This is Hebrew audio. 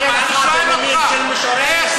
אני אענה לך במילים של משורר ישראלי.